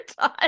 time